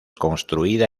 construida